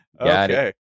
Okay